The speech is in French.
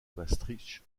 maastricht